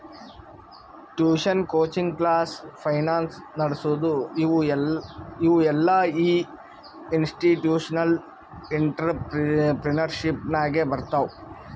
tuition, coaching class, finance ನಡಸದು ಇವು ಎಲ್ಲಾಇನ್ಸ್ಟಿಟ್ಯೂಷನಲ್ ಇಂಟ್ರಪ್ರಿನರ್ಶಿಪ್ ನಾಗೆ ಬರ್ತಾವ್